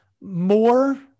more